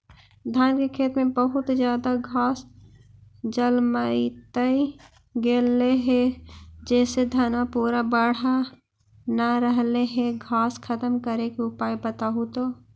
धान के खेत में बहुत ज्यादा घास जलमतइ गेले हे जेसे धनबा पुरा बढ़ न रहले हे घास खत्म करें के उपाय बताहु तो?